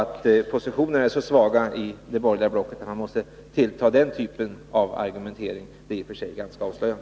Att positionerna är så svaga i det borgerliga blocket att man måste ta till den typen av argumentering är i sig avslöjande.